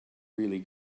really